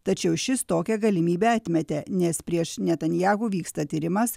tačiau šis tokią galimybę atmetė nes prieš netanyahu vyksta tyrimas